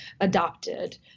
adopted